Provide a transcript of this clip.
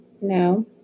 No